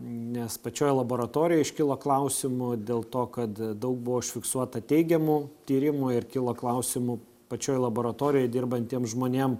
nes pačioj laboratorijoj iškilo klausimų dėl to kad daug buvo užfiksuota teigiamų tyrimų ir kilo klausimų pačioj laboratorijoj dirbantiem žmonėm